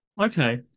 Okay